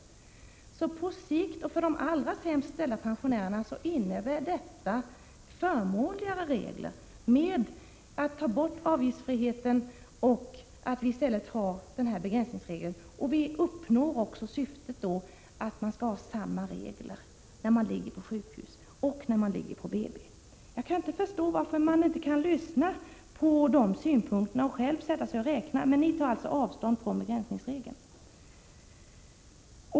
På sikt innebär det att vi ger de allra sämst ställda pensionärerna förmånligare regler, om vi tar bort avgiftsfriheten och i stället inför begränsningsregeln. Vi uppnår dessutom syftet att samma regler skall gälla vid vård på sjukhus som vid vård på BB. Jag kan inte förstå varför ni inte kan lyssna på de argumenten och själva räkna på detta. Jag konstaterar bara att ni tar avstånd från begränsningsregeln.